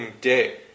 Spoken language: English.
day